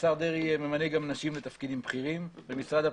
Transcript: השר דרעי ממנה גם נשים לתפקידים בכירים במשרד הפנים.